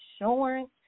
insurance